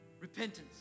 Repentance